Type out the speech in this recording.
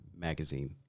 magazine